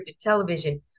television